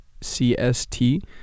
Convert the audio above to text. CST